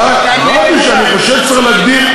אמרתי שאני חושב שצריך להגדיל,